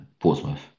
Portsmouth